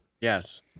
Yes